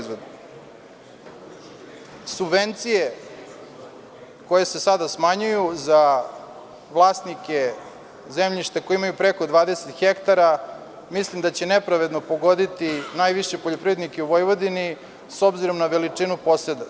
Subvencije koje se sada smanjuju za vlasnike zemljišta koje imaju preko 20 hektara, mislim da će nepravedno pogoditi najviše poljoprivrednike u Vojvodini, s obzirom na veličinu poseda.